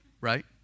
right